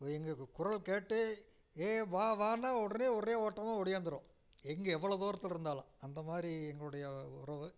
எங்க குரல் கேட்டு ஏய் வா வான்னா உடனே ஒரே ஓட்டமாக ஒடியாந்துடும் எங்கே எவ்வளோ தூரத்தில் இருந்தாலும் அந்த மாதிரி எங்களுடைய உறவு